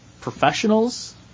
professionals